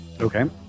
Okay